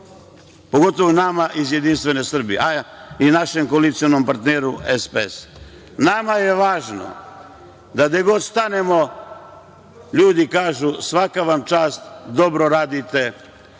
pogotovo nama iz JS i našem koalicionom partneru SPS. Nama je važno da gde god stanemo ljudi kažu – svaka vam čast, dobro radite,